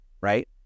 right